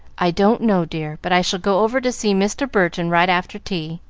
i don't know, dear, but i shall go over to see mr. burton right after tea.